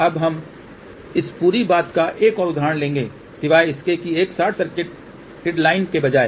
अब हम इस पूरी बात का एक और उदाहरण लेंगे सिवाय इसके कि एक शार्ट सर्किटेड लाइन के बजाय